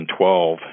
2012